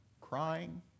crying